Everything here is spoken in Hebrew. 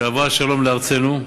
שיבוא השלום לארצנו.